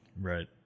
Right